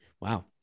Wow